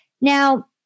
Now